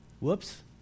Whoops